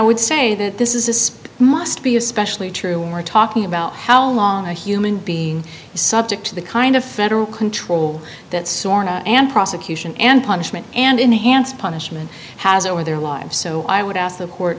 would say that this is this must be especially true when we're talking about how long a human being is subject to the kind of federal control that and prosecution and punishment and enhanced punishment has over their lives so i would ask the court